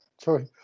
sorry